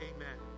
Amen